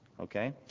Okay